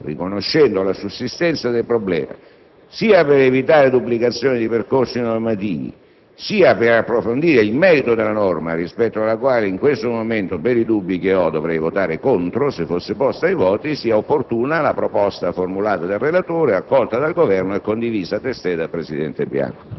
riconoscendo la sussistenza del problema, sia per evitare duplicazioni di percorsi normativi sia per approfondire il merito della norma, rispetto alla quale in questo momento per i dubbi che ho dovrei votare contro se fosse posta ai voti, sia opportuna la proposta formulata dal relatore, accolta dal Governo e condivisa testé dal presidente Bianco.